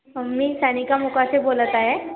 मी सानिका मोकाटे बोलत आहे